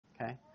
okay